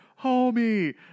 homie